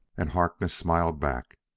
and harkness smiled back.